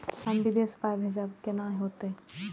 हम विदेश पाय भेजब कैना होते?